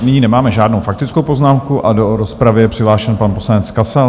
Nyní nemáme žádnou faktickou poznámku a do rozpravy je přihlášen pan poslanec Kasal.